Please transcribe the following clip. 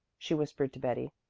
she whispered to betty.